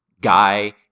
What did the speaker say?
guy